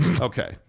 Okay